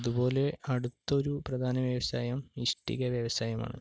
അതുപോലെ അടുത്ത ഒരു പ്രധാന വ്യവസായം ഇഷ്ടിക വ്യവസായമാണ്